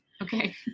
Okay